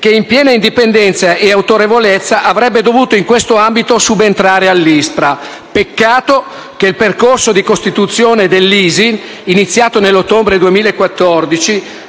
che, in piena indipendenza e autorevolezza, avrebbe dovuto in questo ambito subentrare ad ISPRA. Peccato che il percorso di costituzione dell'ISIN, iniziato nell'ottobre 2014